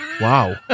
Wow